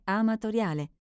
amatoriale